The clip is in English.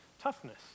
toughness